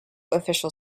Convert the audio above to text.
official